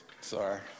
Sorry